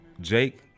Jake